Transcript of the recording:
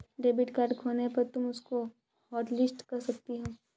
debit card खोने पर तुम उसको हॉटलिस्ट कर सकती हो